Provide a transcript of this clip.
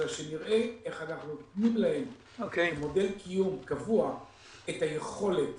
אלא שנראה איך אנחנו נותנים להם כמודל קיום קבוע את היכולת